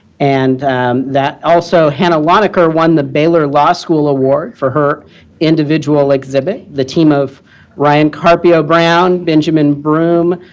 and that also hannah lanniker won the baylor law school award for her individual exhibit. the team of ryan carpia brown, benjamin broom,